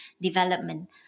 development